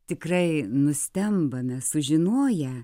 tikrai nustembame sužinoję